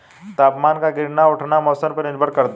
तापमान का गिरना उठना मौसम पर निर्भर करता है